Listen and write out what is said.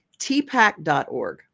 TPAC.org